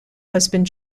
husband